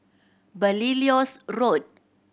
Belilios Road